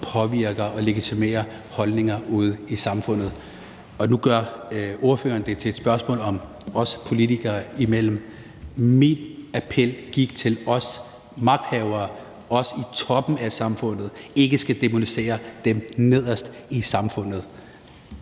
påvirker og legitimerer holdninger i samfundet. Og nu gør spørgeren det til et spørgsmål om os politikere. Min appel gik til os magthavere, os i toppen af samfundet – at vi ikke skal dæmonisere dem nederst i samfundet.